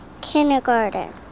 Kindergarten